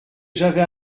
j’avais